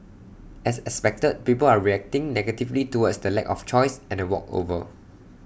as expected people are reacting negatively towards the lack of choice and A walkover